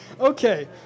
Okay